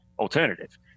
alternative